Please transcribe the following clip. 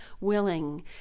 willing